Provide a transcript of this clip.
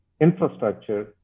infrastructure